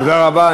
תודה רבה.